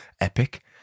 epic